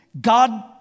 God